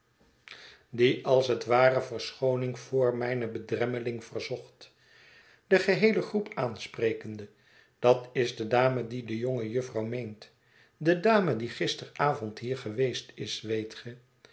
die als het ware verschooning voor mijnheer bucket noemt zekeren jackson mijne bedremmeling verzocht de geheele groep aansprekende dat is de dame die de jonge jufvrouw meent de dame die gisteravond hier geweest is weet ge